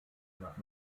nach